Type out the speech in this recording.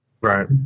Right